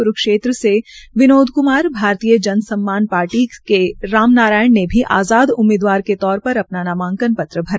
क्रूक्षेत्र से विनोद कुमार भारतीय जन सम्मान पार्टी के राम नारायण ने भी आज़ाद उममीदवार के तौर पर अपना नामांकन पत्र भरा